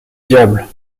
diable